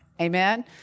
Amen